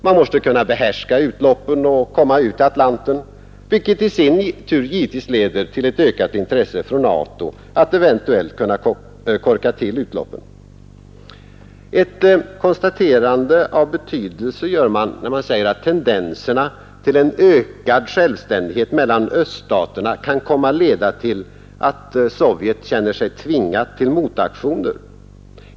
Man måste kunna behärska utloppen och komma ut till Atlanten, vilket i sin tur leder till ökat intresse från NATO att eventuellt kunna korka till utloppen. Ett konstaterande av betydelse görs när man säger att tendenserna till en ökad självständighet mellan öststaterna kan komma att leda till att Sovjet känner sig tvingat till motaktioner.